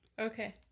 Okay